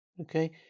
okay